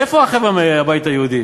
איפה החבר'ה מהבית היהודי?